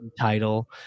title